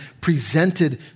presented